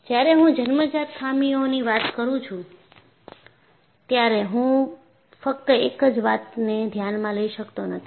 જ્યારે હું જન્મજાત ખામીઓની વાત કરું છું ત્યારે હું ફક્ત એક જ વાત ને ધ્યાનમાં લઈ શકતો નથી